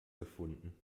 gefunden